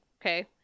okay